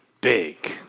big